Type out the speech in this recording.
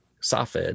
Safed